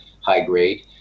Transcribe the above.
high-grade